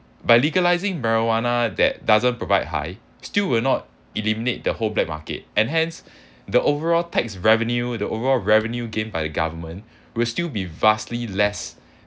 by legalising marijuana that doesn't provide high still will not eliminate the whole black market and hence the overall tax revenue the overall revenue gained by the government will still be vastly less